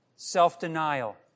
Self-denial